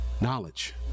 knowledge